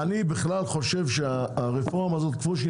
אני בכלל חושב שהרפורמה הזאת כמו שהיא